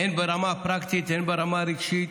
הן ברמה הפרקטית והן ברמה הרגשית.